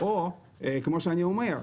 או כמו שאני אומר,